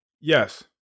Yes